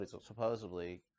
supposedly